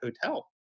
hotel